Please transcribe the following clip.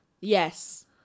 Yes